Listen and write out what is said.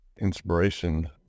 inspiration